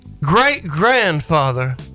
great-grandfather